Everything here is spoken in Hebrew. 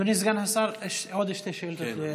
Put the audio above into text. אדוני סגן השר, עוד שתי שאילתות.